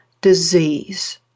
disease